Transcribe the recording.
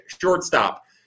shortstop